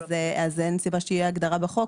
אז אין סיבה שתהיה הגדרה בחוק.